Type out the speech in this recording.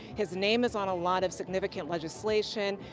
his name is on a lot of significant legislation.